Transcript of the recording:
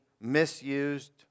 misused